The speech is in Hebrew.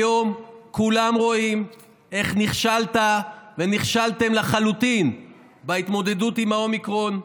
היום כולם רואים איך נכשלת ונכשלתם לחלוטין בהתמודדות עם האומיקרון.